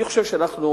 אני חושב שאנחנו